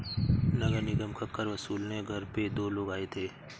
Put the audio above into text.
नगर निगम का कर वसूलने घर पे दो लोग आए थे